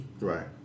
Right